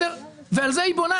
ועל זה היא בונה.